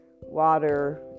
water